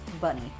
Bunny